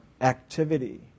activity